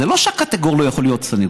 זה לא שהקטגור לא יכול להיות סנגור,